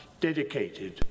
dedicated